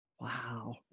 Wow